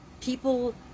people